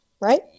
right